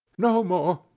no more!